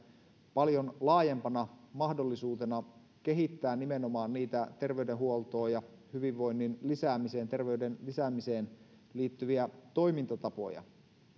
paljon laajempana mahdollisuutena kehittää nimenomaan niitä terveydenhuoltoon ja hyvinvoinnin ja terveyden lisäämiseen liittyviä toimintatapoja